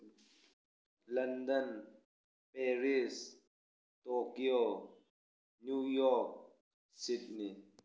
London Paris Tokyo New York Sydney